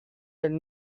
elle